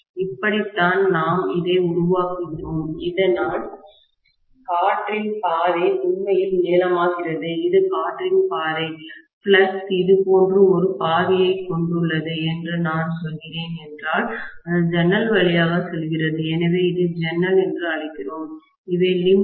இப்படித்தான் நாம் இதை உருவாக்குகிறோம் இதனால் காற்றின் பாதை உண்மையில் நீளமாகிறது இது காற்றின் பாதை ஃப்ளக்ஸ் இது போன்ற ஒரு பாதையை கொண்டுள்ளது என்று நான் சொல்கிறேன் என்றால் அது ஜன்னல் வழியாக செல்கிறது எனவே இதை ஜன்னல் என்று அழைக்கிறோம் இவை லிம்ப்ஸ்